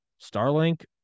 Starlink